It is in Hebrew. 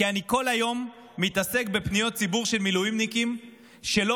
כי כל היום אני מתעסק בפניות ציבור של מילואימניקים שלא